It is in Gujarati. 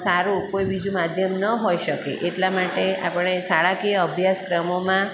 સારું કોઈ બીજું માધ્યમ ન હોઈ શકે એટલા માટે આપણે શાળાકીય અભ્યાસક્રમોમાં